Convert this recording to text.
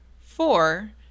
four